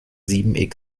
sieben